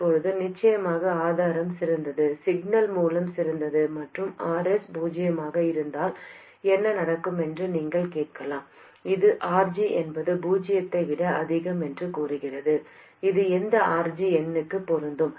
இப்போது நிச்சயமாக ஆதாரம் சிறந்தது சிக்னல் மூலம் சிறந்தது மற்றும் Rs பூஜ்ஜியமாக இருந்தால் என்ன நடக்கும் என்று நீங்கள் கேட்கலாம் இது RG என்பது பூஜ்ஜியத்தை விட அதிகம் என்று கூறுகிறது இது எந்த RG எண்ணுக்கும் பொருந்தும்